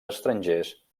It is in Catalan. estrangers